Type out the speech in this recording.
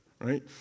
Right